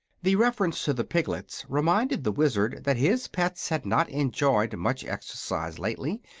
the reference to the piglets reminded the wizard that his pets had not enjoyed much exercise lately,